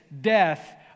death